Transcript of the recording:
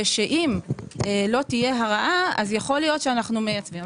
ושאם לא תהיה הרעה, אז יכול להיות שאנחנו מייצבים.